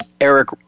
Eric